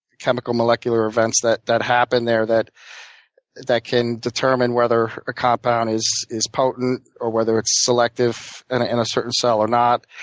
chemical molecular events that that happen there that that can determine whether a compound is is potent or whether it's selective and in a certain cell or not.